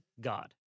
God